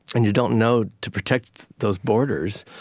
and you don't know to protect those borders,